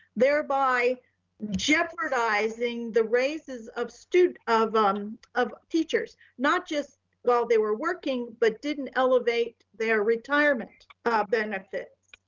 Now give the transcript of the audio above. thereby jeopardizing the raises of student, of um of teachers, not just while they were working, but didn't elevate their retirement benefits.